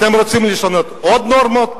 אתם רוצים לשנות עוד נורמות?